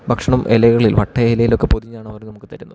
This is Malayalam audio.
ഭക്ഷണം ഇലകളിൽ വട്ട ഇലയിലൊക്കെ പൊതിഞ്ഞാണ് അവർ നമുക്ക് തരുന്നത്